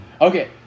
Okay